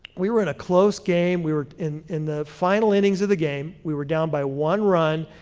we were in a close game. we were in in the final innings of the game. we were down by one run.